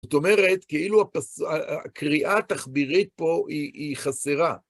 זאת אומרת, כאילו הקריאה התחבירית פה היא חסרה.